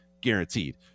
guaranteed